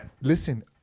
Listen